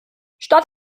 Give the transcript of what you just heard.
statt